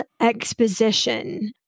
Exposition